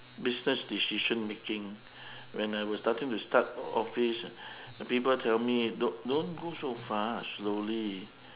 business decision making when I was starting to start office the people tell me don't don't go so fast slowly